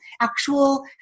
actual